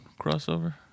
crossover